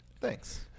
Thanks